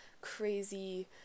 crazy